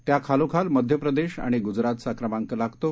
त्याखालोखाल मध्य प्रदेश आणि गुजरातचा क्रमांक लागतो